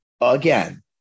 again